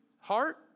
heart